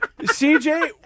CJ